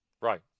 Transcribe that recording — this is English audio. Right